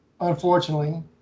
Unfortunately